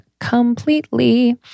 Completely